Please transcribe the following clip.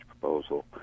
proposal